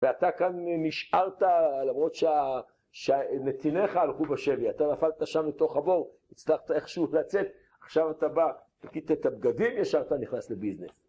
ואתה כאן נשארת, למרות שנתיניך הלכו בשבי, אתה נפלת שם לתוך הבור, הצלחת איכשהו לצאת, עכשיו אתה בא, ניקית את הבגדים ישר, אתה נכנס לביזנס.